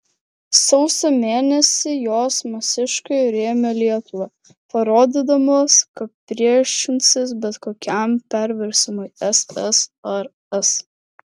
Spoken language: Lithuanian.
sausio mėnesį jos masiškai rėmė lietuvą parodydamos kad priešinsis bet kokiam perversmui ssrs